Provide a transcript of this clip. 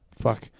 Fuck